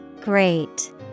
Great